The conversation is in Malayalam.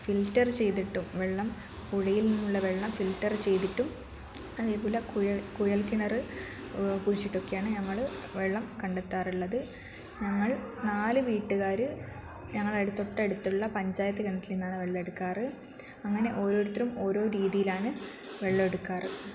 ഫിൽറ്റർ ചെയ്തിട്ടും വെള്ളം പുഴയിൽ നിന്നുള്ള വെള്ളം ഫിൽറ്ററ് ചെയ്തിട്ടും അതേപോലെ കുഴൽ കുഴൽക്കിണർ കുഴിച്ചിട്ടും ഒക്കെയാണ് ഞങ്ങൾ വെള്ളം കണ്ടെത്താറുള്ളത് ഞങ്ങൾ നാല് വീട്ടുകാർ ഞങ്ങളെ തൊട്ടടുത്തുള്ള പഞ്ചായത്ത് കിണറ്റിൽ നിന്നാണ് വെള്ളം എടുക്കാറ് അങ്ങനെ ഓരോരുത്തരും ഓരോ രീതിയിലാണ് വെള്ളം എടുക്കാറ്